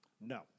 No